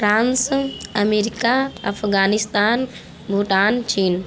France America Afghanistan Bhutan China